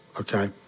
Okay